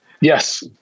Yes